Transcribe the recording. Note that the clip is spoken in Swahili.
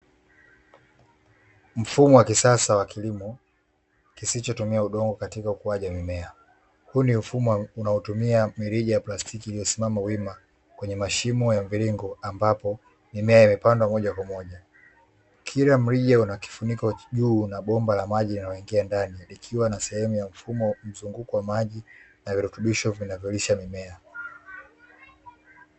Mfumo wa kisasa cha kilimo kisichotumia udongo katika ukuaji wa mimea. Huu ni mfumo unaotumia mirija ya plastiki iliyosimama wima kwenye mashimo ya mviringo, ambapo mimea imepandwa moja kwa moja, kila mrija una kifuniko. Juu una bomba la maji linaloingia ndani ikiwa na sehemu ya mfumo wa mzunguko wa maji na virutubisho vinavyolisha mimea.